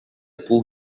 pull